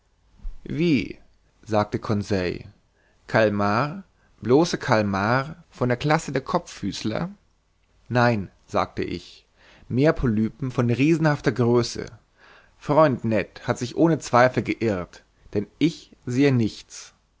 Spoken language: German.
wie sagte conseil kalmar bloße kalmar von der classe der kopffüßler nein sagte ich meerpolypen von riesenhafter größe freund ned hat sich ohne zweifel geirrt denn ich sehe nichts